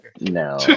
no